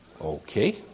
Okay